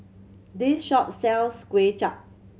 this shop sells Kuay Chap